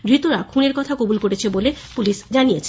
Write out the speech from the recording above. ধৃতরা খুনের কথা কবুল করেছে বলে পুলিশ জানিয়েছে